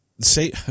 say